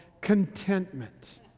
contentment